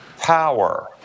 power